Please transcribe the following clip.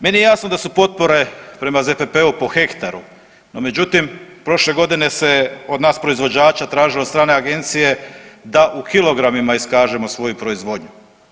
Meni je jasno da su potpore prema ZPP-u po hektaru, no međutim prošle godine se od nas proizvođača tražilo od strane agencije da u kilogramima iskažemo svoju proizvodnju.